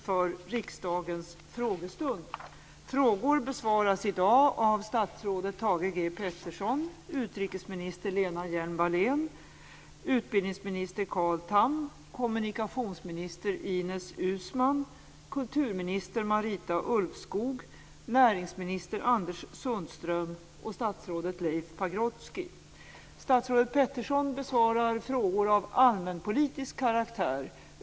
Frågor besvaras i dag av statsrådet Thage G Peterson, utrikesminister Lena Hjelm-Wallén, utbildningsminister Carl Tham, kommunikationsminister Pagrotsky. Statsrådet Peterson besvarar frågor av allmänpolitisk karaktär.